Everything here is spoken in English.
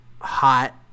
hot